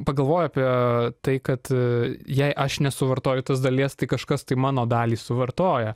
pagalvoju apie tai kad jei aš nesuvartoju tos dalies tai kažkas tai mano dalį suvartoja